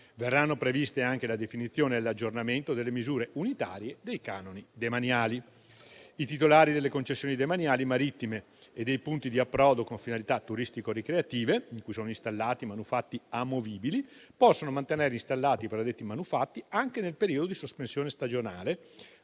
Verranno previste anche la definizione e l'aggiornamento delle misure unitarie dei canoni demaniali. I titolari delle concessioni demaniali marittime e dei punti di approdo con finalità turistico-ricreative in cui sono installati manufatti amovibili possono mantenere installati i predetti manufatti anche nel periodo di sospensione stagionale